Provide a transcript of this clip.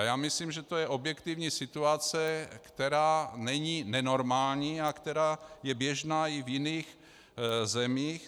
Já myslím, že to je objektivní situace, která není nenormální a která je běžná i v jiných zemích.